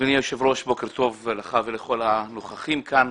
אדוני היושב ראש, בוקר טוב לך ולכל הנוכחים כאן.